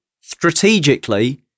strategically